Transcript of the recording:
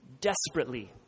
desperately